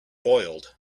boiled